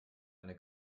eine